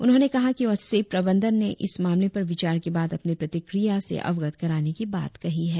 उन्होंने कहा कि व्हाट्सऐप प्रबंधन ने इस मामले पर विचार के बाद अपनी प्रतिक्रिया से अवगत कराने की बात कही है